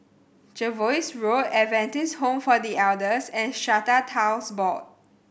Jervois Road Adventist Home for The Elders and Strata Titles Board